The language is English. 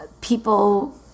People